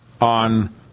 on